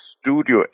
studio